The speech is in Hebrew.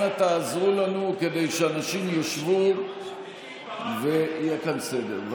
אנא תעזרו לנו כדי שאנשים ישבו ושיהיה כאן סדר.